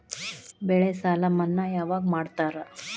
ಬೆಳೆ ಸಾಲ ಮನ್ನಾ ಯಾವಾಗ್ ಮಾಡ್ತಾರಾ?